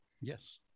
Yes